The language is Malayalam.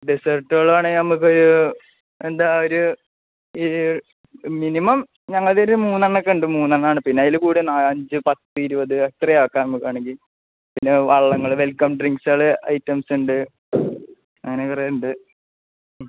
ഡെസേർട്ടുകളാണെങ്കില് നമുക്കൊരു എന്താണ് ഒരു ഈ മിനിമം ഞങ്ങളുടേതൊരു മൂന്നെണ്ണമൊക്കെയുണ്ട് മൂന്നെണ്ണമാണ് പിന്നെ അതില് കൂടുതല് അഞ്ച് പത്ത് ഇരുപത് എത്രയുമാക്കാം നമുക്ക് വേണമെങ്കില് പിന്നെ വെള്ളങ്ങള് വെൽക്കം ഡ്രിങ്ക്സുകള് ഐറ്റംസുണ്ട് അങ്ങനെ കുറേയുണ്ട്